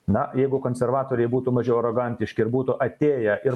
na jeigu konservatoriai būtų mažiau arogantiški ir būtų atėję ir